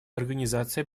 организации